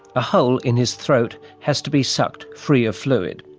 a hole in his throat has to be sucked free of fluid.